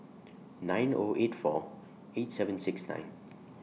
nine O eight four eight seven six nine